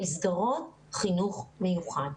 שלמדו במסגרות החינוך המיוחד בתש"פ אותה אנחנו מסיימים השנה.